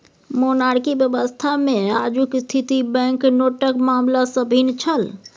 monarchy व्यवस्थामे आजुक स्थिति बैंकनोटक मामला सँ भिन्न छल